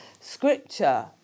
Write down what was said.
scripture